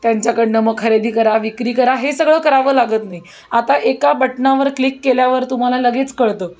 त्यांच्याकडनं मग खरेदी करा विक्री करा हे सगळं करावं लागत नाही आता एका बटनावर क्लिक केल्यावर तुम्हाला लगेच कळतं